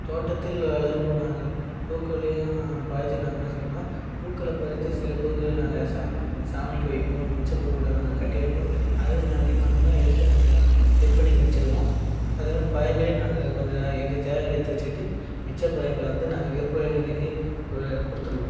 தோட்டத்தில் வளரும் நாங்கள் பூக்களையும் பறித்து நாங்கள் என்ன செய்வோன்னா பூக்களை பறித்து சில பூக்களை நாங்கள் சாமிக்கு வைப்போம் மிச்ச பூக்களை நாங்கள் கட்டி வைப்போம் அதேமாதிரி அதிகமாக இருந்ததுன்னா எடுத்து நாங்கள் விற்பனைக்கு வச்சுருவோம் அதேமாரி பழங்களையும் நாங்கள் கொஞ்சம் எங்கள் தேவைக்கு எடுத்து வச்சுக்கிட்டு மிச்ச பழங்களை வந்து நாங்கள் விற்பனைக்கு கொடுத்துடுவோம்